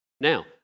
Now